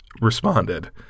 Responded